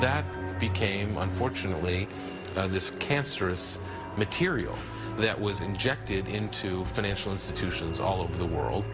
that became unfortunately this cancerous material that was injected into financial institutions all over the world